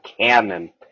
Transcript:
cannon